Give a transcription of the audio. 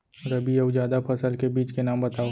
रबि अऊ जादा फसल के बीज के नाम बताव?